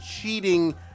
cheating